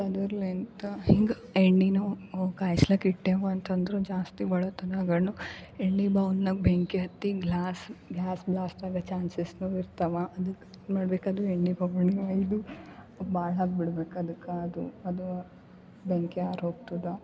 ಅದುರ್ಲಿಂತ ಹಿಂಗೆ ಎಣ್ಣೆನೊ ಓ ಕಾಯಿಸ್ಲಿಕ್ ಇಟ್ಟೆವಂತಂದರು ಜಾಸ್ತಿ ಒಳ ತಗಗಣ್ಣು ಎಣ್ಣೆ ಬೌವುಲ್ನಾಗ ಬೆಂಕಿ ಹತ್ತಿ ಗ್ಲ್ಯಾಸ್ ಗ್ಯಾಸ್ ಬ್ಲಾಸ್ಟ್ ಆಗೊ ಚಾನ್ಸಸ್ನು ಇರ್ತವೆ ಅದಕ್ಕೆ ಏನು ಮಾಡಬೇಕದು ಎಣ್ಣೆ ಬೊಗುಣಿ ಒಯ್ದು ಬಾಳಾಗ ಬಿಡ್ಬೇಕು ಅದಕ್ಕೆ ಅದು ಅದು ಬೆಂಕಿ ಆರೋಗ್ತದೆ